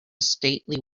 stately